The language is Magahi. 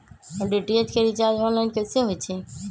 डी.टी.एच के रिचार्ज ऑनलाइन कैसे होईछई?